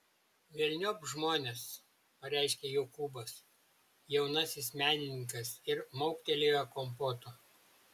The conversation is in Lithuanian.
velniop žmones pareiškė jokūbas jaunasis menininkas ir mauktelėjo kompoto